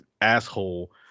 asshole